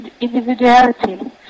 individuality